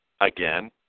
Again